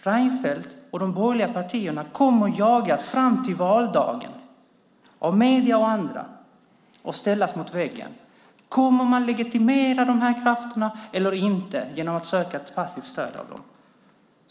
Reinfeldt och de borgerliga partierna kommer att jagas fram till valdagen av medierna och andra och ställas mot väggen: Kommer man att legitimera dessa krafter eller inte genom att söka ett passivt stöd av dem?